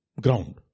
ground